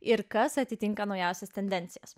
ir kas atitinka naujausias tendencijas